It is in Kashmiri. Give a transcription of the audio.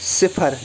صِفر